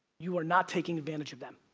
you are not taking advantage of them.